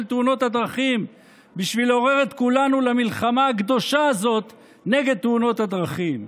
תאונות הדרכים כדי לעורר את כולנו למלחמה הקדושה הזאת נגד תאונות הדרכים.